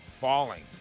falling